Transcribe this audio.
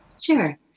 Sure